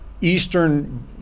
Eastern